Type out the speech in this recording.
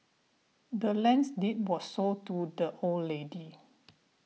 the land's deed was sold to the old lady